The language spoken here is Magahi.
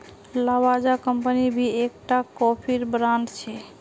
लावाजा कम्पनी भी एक टा कोफीर ब्रांड छे